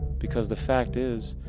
because the fact is,